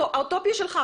האוטופיה שלך,